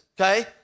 okay